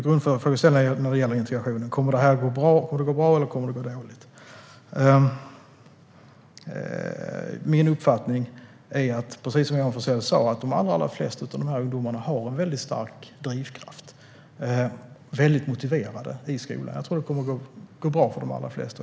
Grundfrågan när det gäller integrationen är om det här kommer att gå bra eller dåligt. Min uppfattning är att de allra flesta av de här ungdomarna precis som Johan Forssell sa har en väldigt stark drivkraft och är väldigt motiverade i skolan. Jag tror att det kommer att gå bra för de allra flesta.